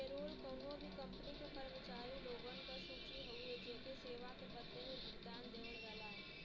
payroll कउनो भी company क कर्मचारी लोगन क सूची हउवे जेके सेवा के बदले में भुगतान देवल जाला